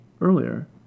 earlier